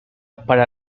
para